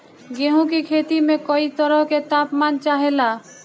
गेहू की खेती में कयी तरह के ताप मान चाहे ला